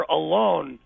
alone